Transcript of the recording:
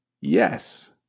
Yes